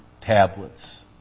tablets